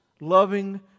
loving